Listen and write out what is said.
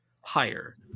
higher